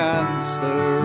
answer